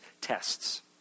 tests